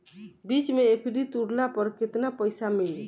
बीच मे एफ.डी तुड़ला पर केतना पईसा मिली?